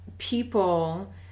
people